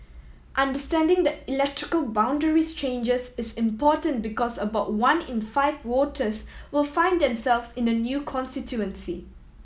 understanding the electrical boundaries changes is important because about one in five voters will find themselves in a new constituency